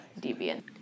deviant